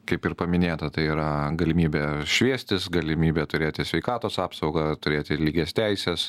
kaip ir paminėta tai yra galimybė šviestis galimybė turėti sveikatos apsaugą turėti lygias teises